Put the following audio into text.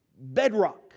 bedrock